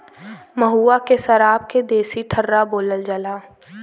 महुआ के सराब के देसी ठर्रा बोलल जाला